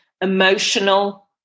emotional